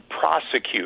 prosecute